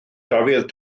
dafydd